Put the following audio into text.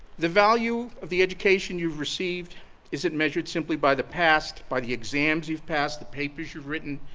the value of the education you've received isn't measured simply by the past, by the exams you've passed, the papers you've written,